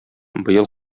быел